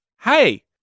Hey